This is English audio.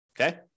Okay